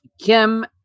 Kim